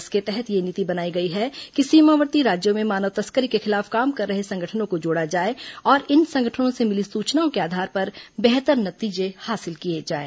इसके तहत यह नीति बनाई गई है कि सीमावर्ती राज्यों में मानव तस्करी के खिलाफ काम कर रहे संगठनों को जोड़ा जाए और इन संगठनों से मिली सूचनाओं के आधार पर बेहतर नतीजे हासिल किए जाएं